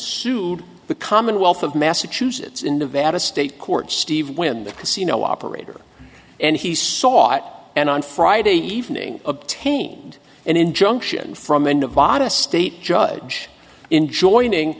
sued the commonwealth of massachusetts in nevada state court steve when the casino operator and he sought and on friday evening obtained an injunction from in nevada state judge in join